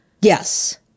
Yes